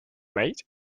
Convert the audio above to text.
mate